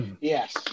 yes